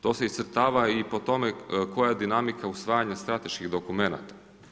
To se iscrtava i po tome koja je dinamima usvajanja strateških dokumenata.